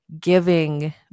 giving